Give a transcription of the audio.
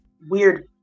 weird